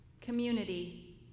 Community